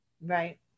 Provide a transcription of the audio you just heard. Right